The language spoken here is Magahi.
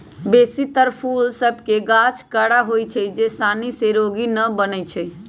बेशी तर फूल सभ के गाछ कड़ा होइ छै जे सानी से रोगी न बनै छइ